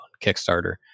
Kickstarter